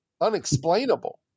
Unexplainable